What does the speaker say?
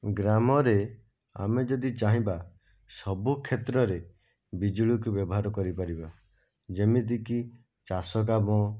ଗ୍ରାମରେ ଆମେ ଯଦି ଚାହିଁବା ସବୁ କ୍ଷେତ୍ରରେ ବିଜୁଳିକୁ ବ୍ୟବହାର କରିପାରିବା ଯେମିତି କି ଚାଷ କାମ